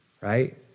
right